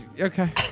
okay